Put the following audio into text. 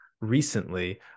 recently